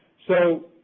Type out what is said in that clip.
so,